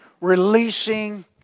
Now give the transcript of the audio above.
Releasing